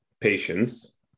patients